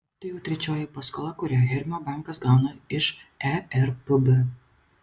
tai jau trečioji paskola kurią hermio bankas gauna iš erpb